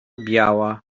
biała